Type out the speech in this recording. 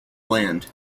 land